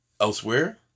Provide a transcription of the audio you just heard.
elsewhere